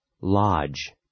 Lodge